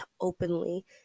openly